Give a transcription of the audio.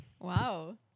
Wow